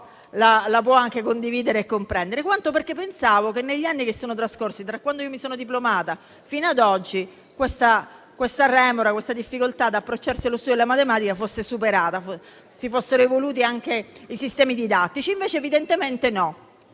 può anche condividere e comprendere, quanto perché pensavo che negli anni che sono trascorsi da quando mi sono diplomata fino ad oggi questa remora, questa difficoltà ad approcciarsi allo studio della matematica fosse superata e si fossero evoluti anche i sistemi didattici. Invece evidentemente non